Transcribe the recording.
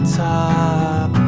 top